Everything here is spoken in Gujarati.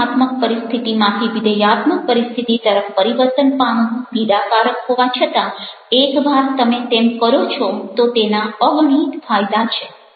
નિષેધાત્મક પરિસ્થિતિમાંથી વિધેયાત્મક પરિસ્થિતિ તરફ પરિવર્તન પામવું પીડાકારક હોવા છતાં એકવાર તમે તેમ કરો છો તો તેના અગણિત ફાયદા છે